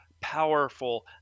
powerful